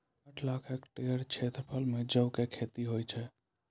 आठ लाख हेक्टेयर क्षेत्रफलो मे जौ के खेती होय छै